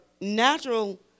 natural